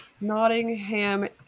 Nottingham